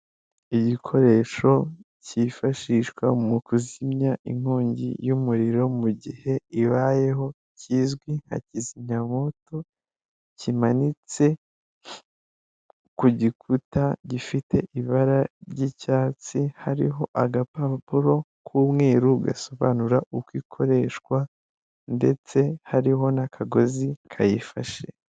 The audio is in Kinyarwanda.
Igikoresho cyifashishwa mu kuzimya inkongi y'umuriro mu gihe ibayeho kizwi nka kizimyamoto kimanitse ku gikuta gifite ibara ry'icyatsi hariho agapapuro k'umweru gasobanura uko ikoreshwa ndetse hariho n'akagozi kayifashe .